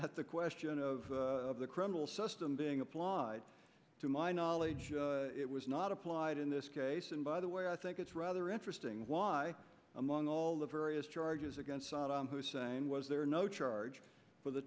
at the question of the criminal system being applied to my knowledge it was not applied in this case and by the way i think it's rather interesting why among all the various charges against saddam hussein was there no charge for the